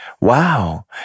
wow